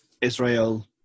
Israel